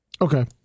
Okay